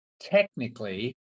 Technically